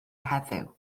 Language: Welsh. heddiw